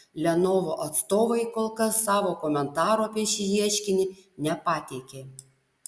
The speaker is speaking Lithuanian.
lenovo atstovai kol kas savo komentaro apie šį ieškinį nepateikė